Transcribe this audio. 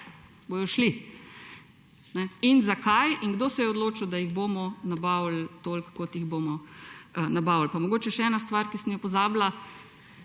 šli. Zakaj in kdo se je odločil, da jih bomo nabavili toliko, kot jih bomo nabavili? Pa mogoče še ena stvar, na katero sem jo pozabila.